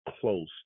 close